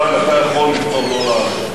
ישראל, אתה יכול לבחור שלא לענות,